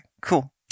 Cool